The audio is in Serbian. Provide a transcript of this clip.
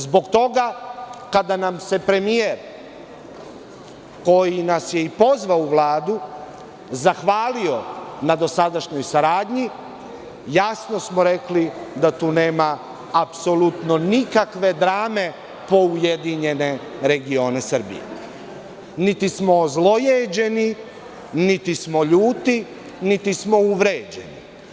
Zbog toga, kada nam se premijer koji nas je i pozvao u Vladu zahvalio na dosadašnjoj saradnji, jasno smo rekli da tu nema apsolutno nikakve drame po URS, niti smo ozlojeđeni, niti smo ljuti, niti smo uvređeni.